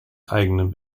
eigenen